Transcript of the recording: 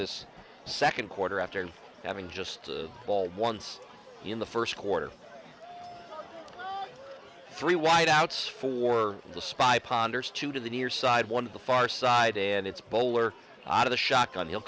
this second quarter after having just the ball once in the first quarter three wide outs for the spy ponders two to the near side one of the far side and its bowler out of the shock on